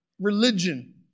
Religion